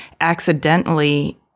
accidentally